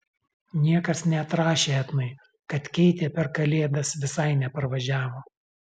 niekas neatrašė etnai kad keitė per kalėdas visai neparvažiavo